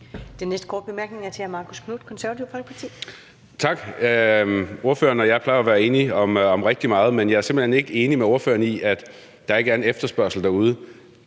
Den næste korte bemærkning er til hr. Marcus Knuth, Det Konservative Folkeparti. Kl. 13:51 Marcus Knuth (KF): Tak. Ordføreren og jeg plejer jo at være enige om rigtig meget, men jeg er simpelt hen ikke enig med ordføreren i, at der ikke er en efterspørgsel derude.